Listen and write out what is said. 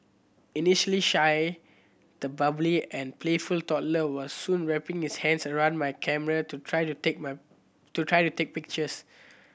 initially shy the bubbly and playful toddler was soon wrapping his hands round my camera to try to take to try to take pictures